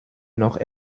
noch